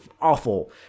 awful